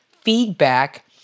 feedback